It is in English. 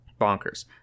bonkers